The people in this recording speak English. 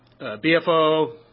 BFO